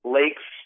lakes